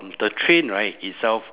the train right itself